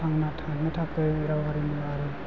थांना थानो थाखाय राव हारिमु आरो